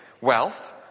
wealth